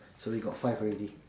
so we got five already